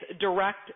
direct